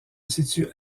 situe